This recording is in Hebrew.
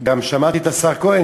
גם שמעתי את השר כהן,